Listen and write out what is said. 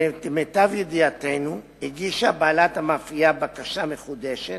למיטב ידיעתנו בעלת המאפייה הגישה בקשה מחודשת,